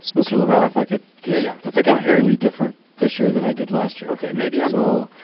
mr. lavalley, if i could yeah. yeah i think i'm hearing you different this year than i did last year. ok, maybe i'm so